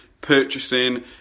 purchasing